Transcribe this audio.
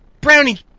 brownie